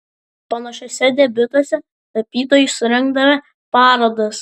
panašiuose debiutuose tapytojai surengdavę parodas